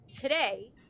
Today